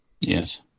Yes